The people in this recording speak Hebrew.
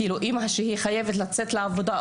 אמא ואבא שחייבים לצאת לעבודה,